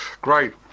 great